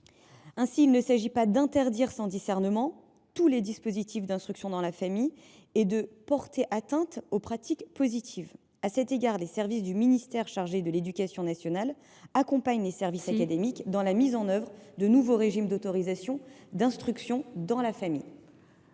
Ainsi, il ne s’agit pas d’interdire sans discernement tous les dispositifs d’instruction en famille et de porter atteinte aux pratiques positives. À cet égard, les services du ministère de l’éducation nationale accompagnent les services académiques dans la mise en œuvre du nouveau régime d’autorisation d’instruction en famille.